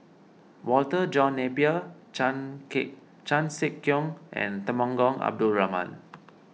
Walter John Napier chan K Chan Sek Keong and Temenggong Abdul Rahman